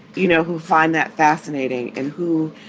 you know, who find that fascinating and who,